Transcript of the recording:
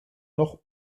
noch